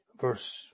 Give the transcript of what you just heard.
verse